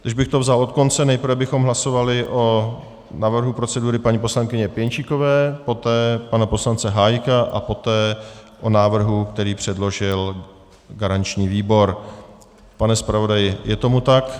Když bych to vzal od konce, nejprve bychom hlasovali o návrhu procedury paní poslankyně Pěnčíkové, poté pana poslance Hájka a poté o návrhu, který předložil garanční výbor. Pane zpravodaji, je tomu tak?